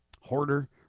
hoarder